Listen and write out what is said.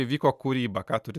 įvyko kūryba ką turi